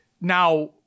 now